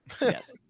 Yes